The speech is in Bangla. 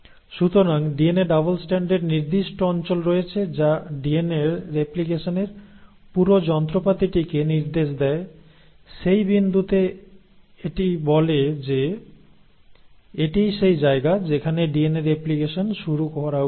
সুতরাং ডিএনএ ডাবল স্ট্র্যান্ডের নির্দিষ্ট অঞ্চল রয়েছে যা ডিএনএর রেপ্লিকেশনের পুরো যন্ত্রপাতিটিকে নির্দেশ দেয় সেই বিন্দুতে এটি বলে যে এটিই সেই জায়গা যেখানে ডিএনএ রেপ্লিকেশন শুরু করা উচিত